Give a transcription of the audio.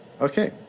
Okay